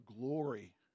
glory